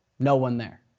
no one there.